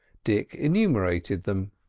dick enumerated them.